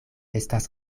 estas